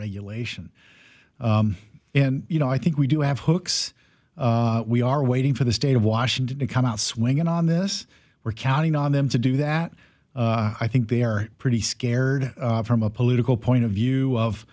regulation and you know i think we do have hooks we are waiting for the state of washington to come out swinging on this we're counting on them to do that i think they're pretty scared from a political point of view